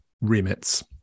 remits